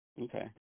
Okay